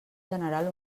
general